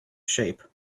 shape